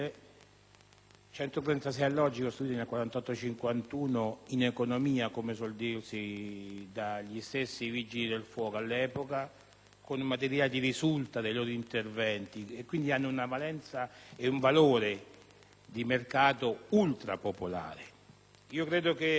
il 1948 e il 1951 in economia - come suol dirsi -dagli stessi Vigili del fuoco, con materiali di risulta dei loro interventi, e quindi hanno una valenza ed un valore di mercato ultrapopolare. Credo che